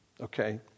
okay